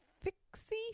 Fixie